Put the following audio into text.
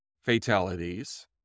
fatalities